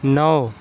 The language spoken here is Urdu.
نو